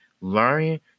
learning